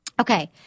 Okay